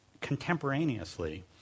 contemporaneously